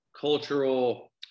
cultural